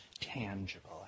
tangible